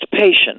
patient